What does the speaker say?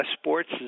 sports